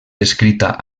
descrita